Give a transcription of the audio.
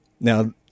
Now